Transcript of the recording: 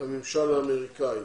הממשל האמריקאי.